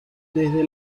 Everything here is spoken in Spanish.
desde